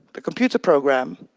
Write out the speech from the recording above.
the computer program,